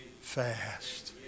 fast